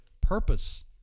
purpose